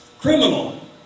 Criminal